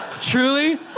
truly